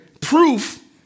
proof